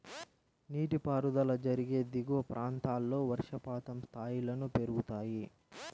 నీటిపారుదల జరిగే దిగువ ప్రాంతాల్లో వర్షపాతం స్థాయిలను పెరుగుతాయి